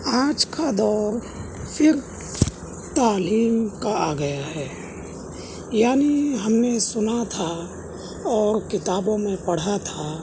آج کا دور صرف تعلیم کا آ گیا ہے یعنی ہم نے سنا تھا اور کتابوں میں پڑھا تھا